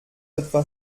etwa